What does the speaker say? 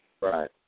Right